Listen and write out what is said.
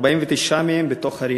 49 מהם בתוך ערים.